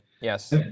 Yes